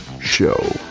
Show